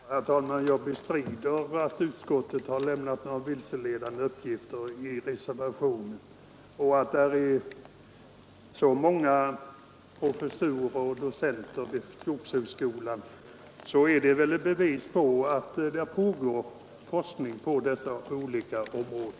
Herr talman! Till herr Takman vill jag säga att jag bestrider att vi lämnat några vilseledande uppgifter i reservationen. Att det förekommer så många professurer och docenturer vid skogshögskolan är väl ett bevis för att det pågår forskning på dessa olika områden.